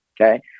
okay